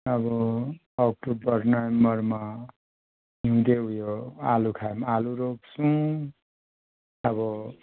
अब अक्टोबर नोभेम्बरमा हिउँदे उयो आलु खायो भने आलु रोप्छौँ अब